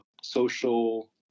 social